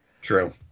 True